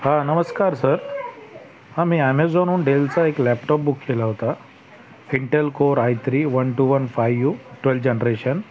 हां नमस्कार सर हां मी ॲमेजॉनहून डेलचा एक लॅपटॉप बुक केला होता Intel core I three one two one five twelve generation